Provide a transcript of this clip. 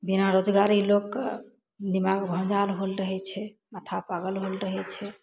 बिना रोजगारी लोगके दिमाग भञ्जाल होल रहय छै माथा पागल होल रहय छै